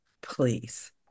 Please